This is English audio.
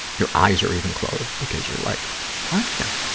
your eyes are even closed because you're like, what the,